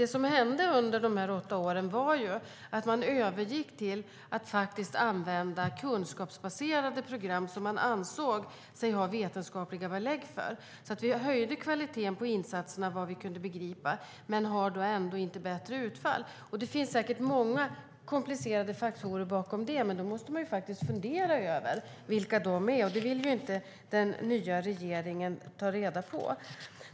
Det som hände under de åtta åren var att man övergick till att använda kunskapsbaserade program som man ansåg sig ha vetenskapliga belägg för. Vi höjde kvaliteten på insatserna vad vi kunde begripa. Men vi har ändå inte bättre utfall. Det finns säkert många komplicerade faktorer bakom det. Men då måste man fundera över vilka de är, och det vill inte den nya regeringen ta reda på.